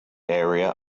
area